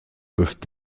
peuvent